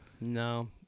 No